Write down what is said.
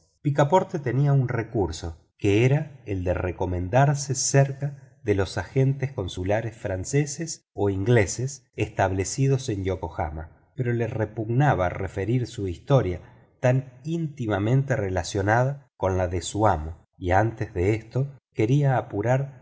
picaporte tenía un recurso que era el de recomendarse cerca de los agentes consulares franceses o ingleses establecidos en yokohama pero le repugnaba referir su historia tan íntimamente relacionada con su amo y antes de esto quería apurar